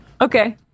Okay